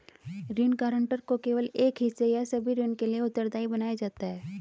ऋण गारंटर को केवल एक हिस्से या सभी ऋण के लिए उत्तरदायी बनाया जाता है